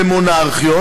במונרכיות,